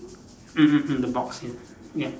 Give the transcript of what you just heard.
mm mm mm the box ya ya